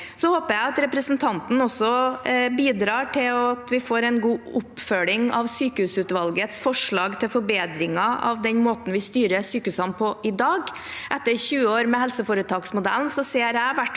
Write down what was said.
Så håper jeg representanten bidrar til at vi får en god oppfølging av sykehusutvalgets forslag til forbedringer av den måten vi styrer sykehusene på i dag. Etter 20 år med helseforetaksmodellen ser jeg i hvert fall